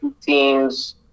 teams